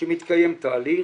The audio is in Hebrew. - שמתקיים תהליך.